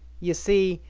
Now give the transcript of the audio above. you see,